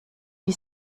wie